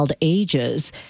Ages